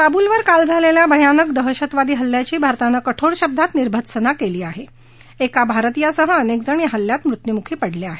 काबुलवर काल झालेल्या भयानक दहशतवादी हल्ल्याची भारतानं कठोर शब्दात निर्भत्सना केली आह एका भारतीयासह अनेक जण या हल्ल्यात मृत्यूमूखी पडले आहेत